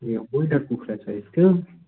ए broiler कुखुरा छ यस्तो